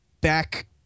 Back